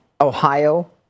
Ohio